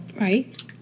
Right